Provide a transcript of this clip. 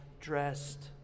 dressed